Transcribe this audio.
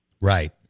Right